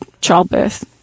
childbirth